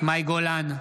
מאי גולן,